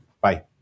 Bye